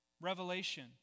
Revelation